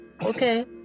Okay